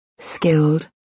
Skilled